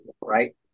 right